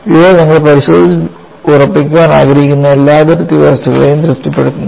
ഇത് നിങ്ങൾ പരിശോധിച്ചുറപ്പിക്കാൻ ആഗ്രഹിക്കുന്ന എല്ലാ അതിർത്തി വ്യവസ്ഥകളെയും തൃപ്തിപ്പെടുത്തുന്നു